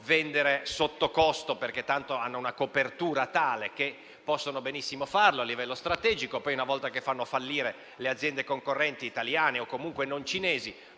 vendere sottocosto, perché tanto hanno una copertura tale che possono benissimo farlo a livello strategico. Poi, una volta che hanno fatto fallire le aziende concorrenti italiane o comunque non cinesi,